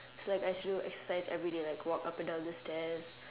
so like I go exercise everyday like walk up and down the stairs